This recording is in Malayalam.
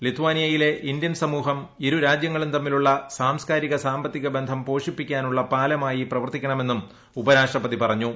ലിത്വാനിയയിലെ ഇന്ത്യൻ സമൂഹം ഇരു രാജ്യങ്ങളും തമ്മിലുള്ള സംസ്കാരിക സാമ്പത്തിക ബന്ധം പോഷിപ്പിക്കാനുള്ള പാലമായി പ്രവർത്തിക്കണമെന്നും ഉപരാഷ്ട്രപതി പറഞ്ഞു